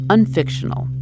Unfictional